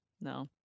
No